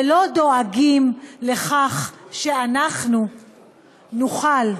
ולא דואגים לכך שאנחנו נוכל,